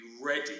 ready